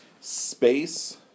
space